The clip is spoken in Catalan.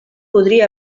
podria